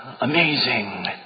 amazing